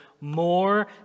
more